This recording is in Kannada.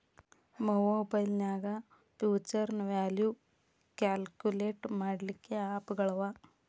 ಮಒಬೈಲ್ನ್ಯಾಗ್ ಫ್ಯುಛರ್ ವ್ಯಾಲ್ಯು ಕ್ಯಾಲ್ಕುಲೇಟ್ ಮಾಡ್ಲಿಕ್ಕೆ ಆಪ್ ಗಳವ